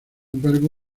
embargo